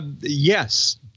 Yes